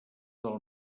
del